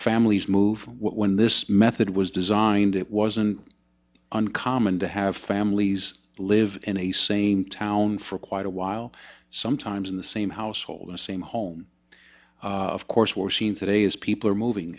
families move when this method was designed it wasn't uncommon to have families live in a same town for quite a while sometimes in the same household the same home of course for scene today as people are moving